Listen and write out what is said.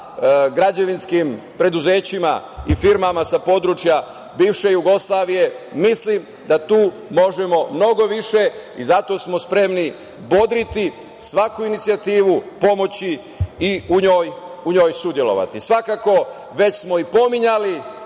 građevinskim preduzećima i firmama sa područja bivše Jugoslavije. Mislim da tu možemo mnogo više i zato smo spremni bodriti svaku inicijativu pomoći i u njoj učestvovati. Svakako, već smo i pominjali.